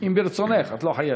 אם ברצונך, את לא חייבת.